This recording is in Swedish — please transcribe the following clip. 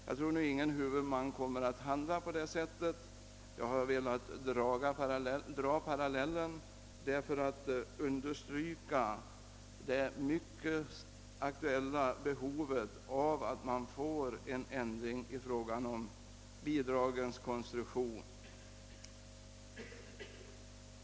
Jag tror inte att någon huvudman kommer att handla på detta sätt men har velat dra parallellen för att understryka det mycket aktuella behovet av att få en ändring till stånd beträffande bidragens konstruktion.